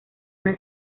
una